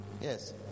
Yes